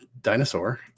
dinosaur